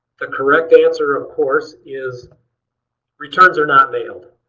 the correct answer, of course, is returns are not mailed.